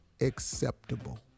acceptable